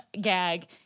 gag